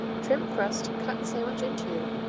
trim crusts, cut sandwich in two,